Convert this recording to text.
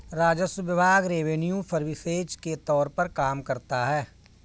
राजस्व विभाग revenue services के तौर पर काम करता है